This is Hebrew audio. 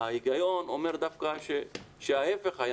ההיגיון אומר דווקא שההפך היה